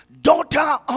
daughter